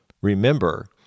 Remember